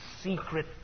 secret